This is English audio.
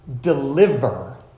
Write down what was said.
deliver